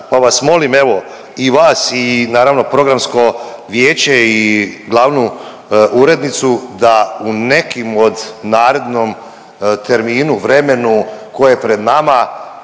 Pa vas molim evo i vas i naravno programsko vijeće i glavnu urednicu da u nekim od narednom terminu, vremenu koje je pred nama